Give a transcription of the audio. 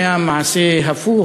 אם היה מעשה הפוך,